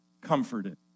comforted